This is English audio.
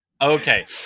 Okay